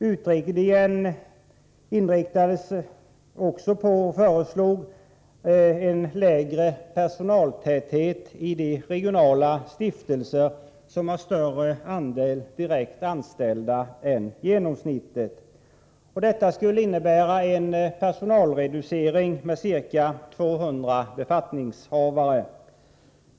Utredningen förordade också en lägre personaltäthet i de regionala stiftelser som har större andel direkt anställda än genomsnittet. Detta skulle innebära en personalreducering med ca 200 befattningshavare.